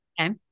Okay